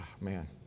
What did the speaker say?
man